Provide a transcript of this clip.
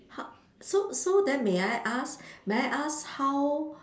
h~ so so then may I ask may I ask how